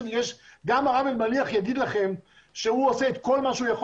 גם הרב אלמליח יגיד לכם שהוא עושה את כל מה שהוא יכול